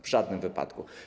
W żadnym wypadku.